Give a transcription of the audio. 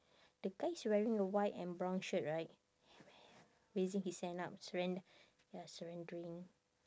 the guy is wearing a white and brown shirt right raising his hand up surrender ya surrendering